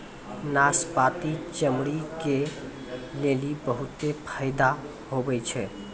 नाशपती चमड़ी के लेली बहुते फैदा हुवै छै